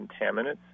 contaminants